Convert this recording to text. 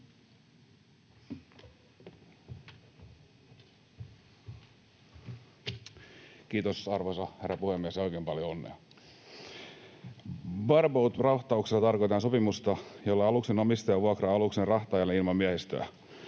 Kiitos, arvoisa herra puhemies, ja oikein paljon onnea! Bareboat-rahtauksella tarkoitetaan sopimusta, jolla aluksen omistaja vuokraa aluksen rahtaajalle ilman miehistöä.